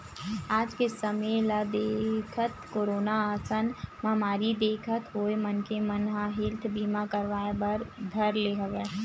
आज के समे ल देखत, कोरोना असन महामारी देखत होय मनखे मन ह हेल्थ बीमा करवाय बर धर ले हवय